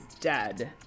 dead